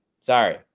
Sorry